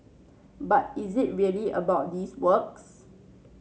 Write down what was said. but is it really about these works